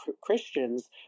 Christians